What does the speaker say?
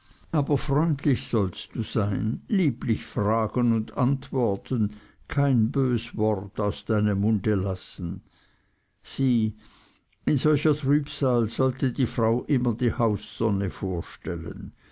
aber freundlich sollst du sein lieblich fragen und antworten kein bös wort aus deinem munde lassen sieh in solcher trübsal sollte die frau immer die haussonne vorstellen